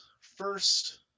first